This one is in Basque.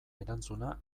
erantzuna